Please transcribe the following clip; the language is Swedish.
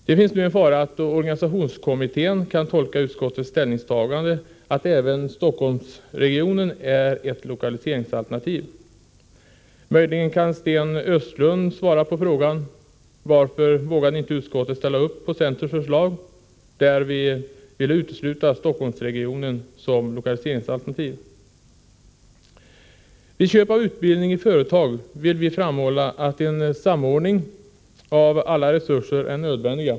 Det finns nu en fara att organisationskommittén kan tolka utskottets ställningstagande så att även Stockholmsregionen är ett lokaliseringsalternativ. Möjligen kan Sten Östlund svara på frågan varför utskottet inte vågade ställa upp på centerns förslag, när vi ville utesluta Stockholmsregionen som lokaliseringsalternativ. Vid köp av utbildning i företag vill vi framhålla att en samordning av alla resurser är nödvändig.